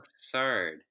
absurd